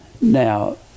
Now